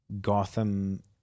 Gotham